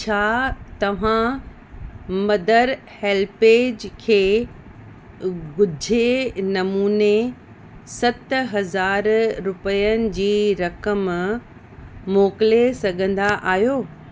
छा तव्हां mother HelpAge खे गुझे नमूने हज़ार रुपयनि जी रकम मोकिले सघंदा आहियो